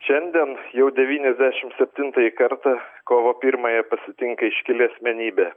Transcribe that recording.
šiandien jau devyniasdešimt septintąjį kartą kovo pirmąją pasitinka iškili asmenybė